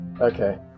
Okay